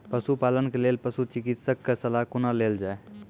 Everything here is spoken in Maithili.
पशुपालन के लेल पशुचिकित्शक कऽ सलाह कुना लेल जाय?